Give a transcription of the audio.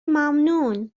ممنون